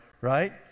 right